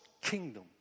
kingdom